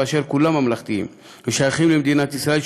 באשר כולם ממלכתיים ושייכים למדינת ישראל,